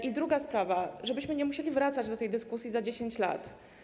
I druga sprawa, żebyśmy nie musieli wracać do tej dyskusji za 10 lat.